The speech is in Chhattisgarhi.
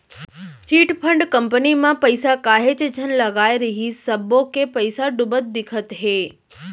चिटफंड कंपनी म पइसा काहेच झन लगाय रिहिस सब्बो के पइसा डूबत दिखत हे